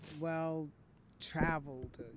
well-traveled